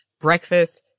breakfast